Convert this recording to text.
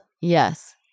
Yes